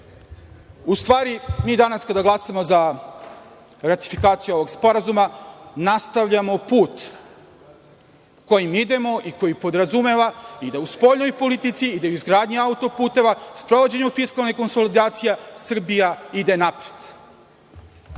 potvrđuju. Mi danas kada glasamo za ratifikaciju ovog sporazuma nastavljamo put kojim idemo i koji podrazumeva da u spoljnoj politici i u izgradnji autoputa, sprovođenju fiskalne konsolidacije, Srbija ide napred.